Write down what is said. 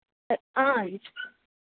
ఆ